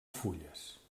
fulles